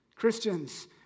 Christians